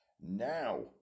now